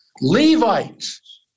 Levites